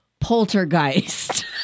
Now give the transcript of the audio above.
poltergeist